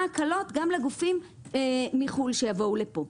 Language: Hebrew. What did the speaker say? הקלות גם לגופים מחו"ל שיבואו לפה.